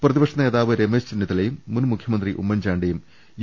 പ്രതിപക്ഷ നേതാവ് രമേശ് ചെന്നിത്തലയും മുൻ മുഖ്യമന്ത്രി ഉമ്മൻചാണ്ടിയും യു